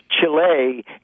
Chile